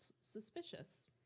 suspicious